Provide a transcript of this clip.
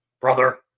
brother